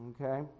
okay